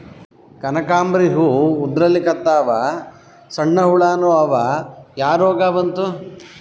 ಕನಕಾಂಬ್ರಿ ಹೂ ಉದ್ರಲಿಕತ್ತಾವ, ಸಣ್ಣ ಹುಳಾನೂ ಅವಾ, ಯಾ ರೋಗಾ ಬಂತು?